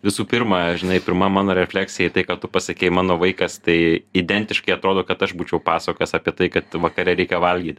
visų pirma žinai pirma mano refleksija į tai ką tu pasakei mano vaikas tai identiškai atrodo kad aš būčiau pasakojęs apie tai kad vakare reikia valgyt